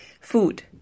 Food